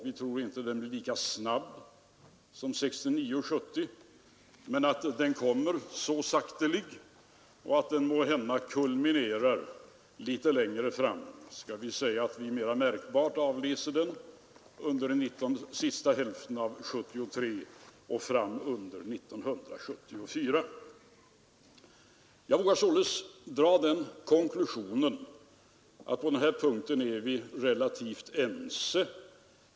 Vi tror inte att den blir lika snabb som 1969-1970 men vi tror att den kommer så sakteliga och att den måhända kulminerar litet längre fram — skall vi säga att vi mera märkbart avläser den under sista hälften av 1973 och under 1974. Jag vågar således dra den konklusionen att vi på den här punkten är relativt ense.